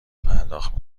پرداخت